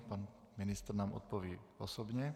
Pan ministr nám odpoví osobně.